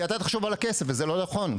אתה תחשוב על הכסף וזה לא נכון.